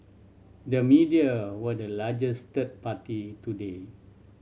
the media were the largest third party today